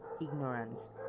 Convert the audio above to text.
ignorance